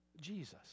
Jesus